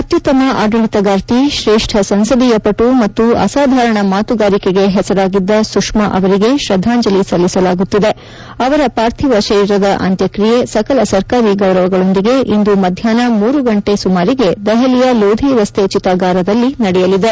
ಅತ್ಯುತ್ತಮ ಆಡಳಿತಗಾರ್ತಿ ಶ್ರೇಷ್ಠ ಸಂಸದೀಯಪಟು ಮತ್ತು ಅಸಾಧಾರಣ ಮಾತುಗಾರಿಕೆಗೆ ಹೆಸರಾಗಿದ್ದ ಸುಷ್ಠಾ ಅವರಿಗೆ ಶದಾಂಜಲಿ ಸಲ್ಲಿಸಲಾಗುತ್ತಿದೆ ಅವರ ಪಾರ್ಥಿವ ಶರೀರದ ಅಂತ್ಯಕ್ರಿಯೆ ಸಕಲ ಸರ್ಕಾರಿ ಗೌರವಗಳೊಂದಿಗೆ ಇಂದು ಮಧ್ಯಾಷ್ನ ಮೂರು ಗಂಟೆಗೆ ದೆಪಲಿಯ ಲೋಧಿ ರಸ್ತೆ ಚಿತಾಗಾರದಲ್ಲಿ ನಡೆಯಲಿದೆ